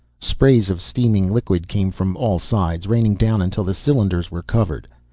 sprays of steaming liquid came from all sides, raining down until the cylinders were covered.